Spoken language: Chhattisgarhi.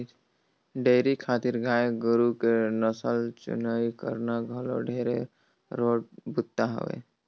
डेयरी खातिर गाय गोरु के नसल चुनई करना घलो ढेरे रोंट बूता हवे